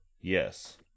Yes